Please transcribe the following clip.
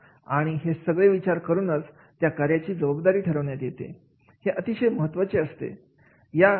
आणि हे सगळे विचार करूनच त्या कार्याची जबाबदारी ठरवण्यात येते आणि हे अतिशय महत्त्वाचे आहे